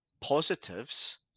positives